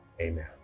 amen